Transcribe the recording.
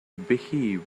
behave